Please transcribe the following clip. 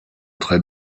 très